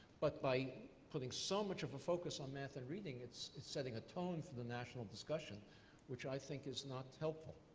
but by putting so much of a focus on math and reading, it's a tone for the national discussion which i think is not helpful.